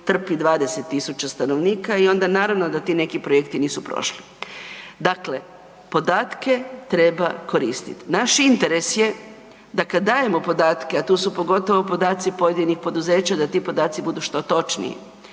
trpi 20000 stanovnika i onda naravno da ti neki projekti nisu prošli. Dakle, podatke treba koristit. Naš interes je da kad dajemo podatke, a tu su pogotovo podaci pojedinih poduzeća da ti podaci budu što točniji.